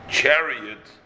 chariot